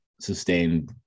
sustained